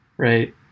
Right